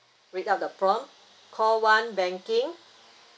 read out the prompt call one banking